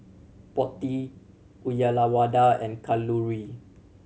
Potti Uyyalawada and Kalluri